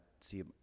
see